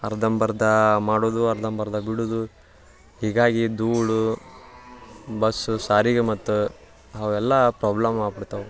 ಅರ್ಧಂಬರ್ದ ಮಾಡೋದು ಅರ್ಧಂಬರ್ದ ಬಿಡುವುದು ಹೀಗಾಗಿ ಧೂಳು ಬಸ್ಸು ಸಾರಿಗೆ ಮತ್ತು ಅವೆಲ್ಲ ಪ್ರಾಬ್ಲಮ್ ಆಗ್ಬಿಡ್ತವೆ